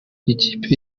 ikipe